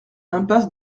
impasse